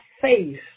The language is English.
faith